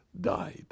died